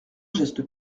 geste